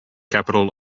capital